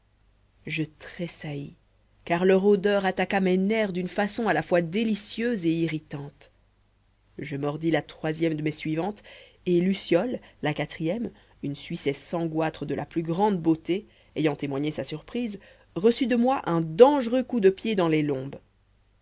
je tressaillis car leur odeur attaqua mes nerfs d'une façon à la fois délicieuse et irritante je mordis la troisième de mes suivantes et luciole la quatrième une suissesse sans goitre de la plus grande beauté ayant témoigné sa surprise reçut de moi un dangereux coup de pied dans les lombes